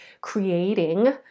creating